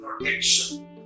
protection